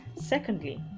Secondly